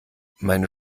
meine